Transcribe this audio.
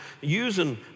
using